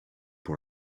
pour